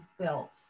built